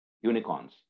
unicorns